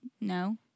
No